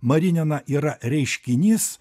marinina yra reiškinys